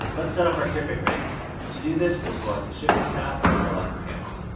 let's setup our shipping rates and to do this we'll select the shipping tab on our left panel.